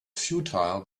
futile